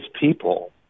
people